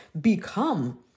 become